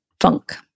funk